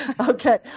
Okay